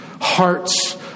Hearts